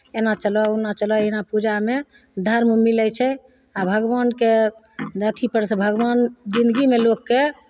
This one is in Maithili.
एना चलह ओना चलह एना पूजामे धर्म मिलै छै आ भगवानके अथीपर से भगवान जिन्दगीमे लोककेँ